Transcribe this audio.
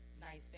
nice